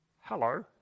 hello